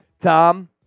Tom